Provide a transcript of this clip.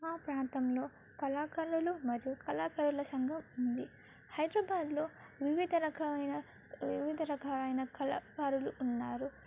మా ప్రాంతంలో కళాకారులు మరియు కళాకారుల సంఘం ఉంది హైదరాబాద్లో వివిధ రకమైన వివిధ రకాలైన కళాకారులు ఉన్నారు